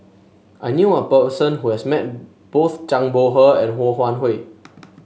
I knew a person who has met both Zhang Bohe and Ho Wan Hui